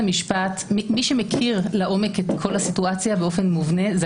מי שמכיר לעומק את כל הסיטואציה באופן מובנה זה